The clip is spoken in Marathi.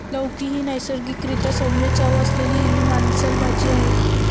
लौकी ही नैसर्गिक रीत्या सौम्य चव असलेली हिरवी मांसल भाजी आहे